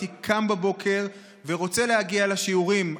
הייתי קם בבוקר ורוצה להגיע לשיעורים.